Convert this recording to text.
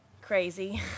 Crazy